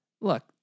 Look